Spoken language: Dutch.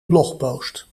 blogpost